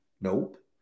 Nope